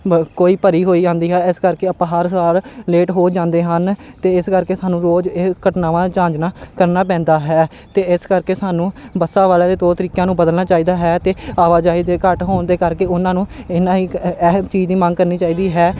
ਬ ਕੋਈ ਭਰੀ ਹੋਈ ਆਉਂਦੀ ਹੈ ਇਸ ਕਰਕੇ ਆਪਾਂ ਹਰ ਸਾਲ ਲੇਟ ਹੋ ਜਾਂਦੇ ਹਨ ਅਤੇ ਇਸ ਕਰਕੇ ਸਾਨੂੰ ਰੋਜ਼ ਇਹ ਘਟਨਾਵਾਂ ਜਾਂਚਣਾ ਕਰਨਾ ਪੈਂਦਾ ਹੈ ਅਤੇ ਇਸ ਕਰਕੇ ਸਾਨੂੰ ਬੱਸਾਂ ਵਾਲਿਆਂ ਦੇ ਤੌਰ ਤਰੀਕਿਆਂ ਨੂੰ ਬਦਲਣਾ ਚਾਹੀਦਾ ਹੈ ਅਤੇ ਆਵਾਜਾਈ ਦੇ ਘੱਟ ਹੋਣ ਦੇ ਕਰਕੇ ਉਹਨਾਂ ਨੂੰ ਇਹਨਾਂ ਹੀ ਕ ਹੈ ਇਹ ਚੀਜ਼ ਦੀ ਮੰਗ ਕਰਨੀ ਚਾਹੀਦੀ ਹੈ ਕਿ